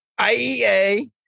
IEA